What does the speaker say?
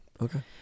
okay